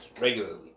regularly